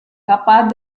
capaz